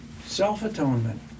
self-atonement